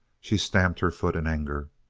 she stamped her foot in anger.